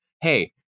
hey